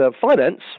finance